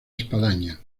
espadaña